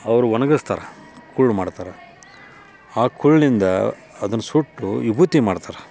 ಅವರು ಒಣಗಿಸ್ತಾರ ಕುರ್ಳ್ ಮಾಡ್ತಾರೆ ಆ ಕುರ್ಳಿಂದ ಅದನ್ನ ಸುಟ್ಟು ವಿಭೂತಿ ಮಾಡ್ತಾರೆ